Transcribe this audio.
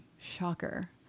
Shocker